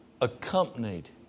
accompanied